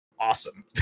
awesome